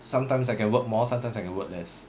sometimes I can work more sometimes I can work less